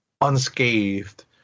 unscathed